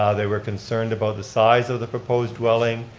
ah they were concerned about the size of the proposed dwelling,